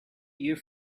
your